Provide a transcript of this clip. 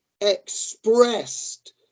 expressed